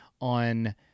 on